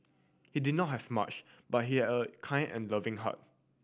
he did not have much but he had a kind and loving heart